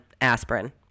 aspirin